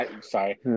sorry